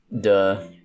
duh